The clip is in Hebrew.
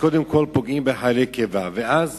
קודם כול פוגעים בחיילי הקבע, ואז